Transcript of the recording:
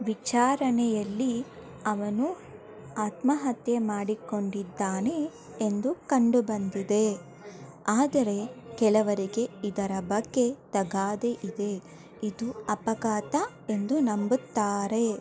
ವಿಚಾರಣೆಯಲ್ಲಿ ಅವನು ಆತ್ಮಹತ್ಯೆ ಮಾಡಿಕೊಂಡಿದ್ದಾನೆ ಎಂದು ಕಂಡುಬಂದಿದೆ ಆದರೆ ಕೆಲವರಿಗೆ ಇದರ ಬಗ್ಗೆ ತಗಾದೆ ಇದೆ ಇದು ಅಪಘಾತ ಎಂದು ನಂಬುತ್ತಾರೆ